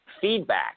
feedback